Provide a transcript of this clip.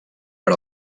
per